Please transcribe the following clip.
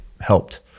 helped